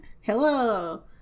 Hello